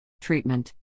Treatment